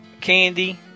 candy